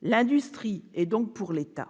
pour l'industrie, donc pour l'État.